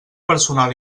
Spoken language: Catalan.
personal